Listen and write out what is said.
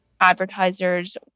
advertisers